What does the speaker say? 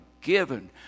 given